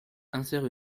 insère